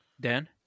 Dan